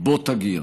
בוא תבוא.